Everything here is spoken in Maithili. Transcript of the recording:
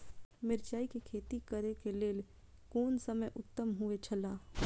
मिरचाई के खेती करे के लेल कोन समय उत्तम हुए छला?